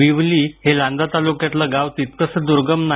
विवली हे लांजा तालुक्यातलं गाव तितकंसं दूर्गम नाही